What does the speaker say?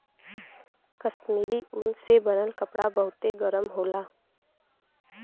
कश्मीरी ऊन से बनल कपड़ा बहुते गरम होला